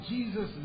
Jesus